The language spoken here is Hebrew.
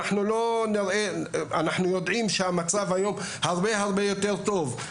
אנחנו יודעים שהמצב היום הרבה הרבה יותר טוב.